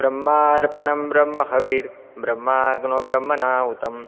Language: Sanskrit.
ब्रह्मार्पणं ब्रम्महविः ब्रह्माग्नौ ब्रह्मणा हुतम्